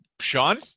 Sean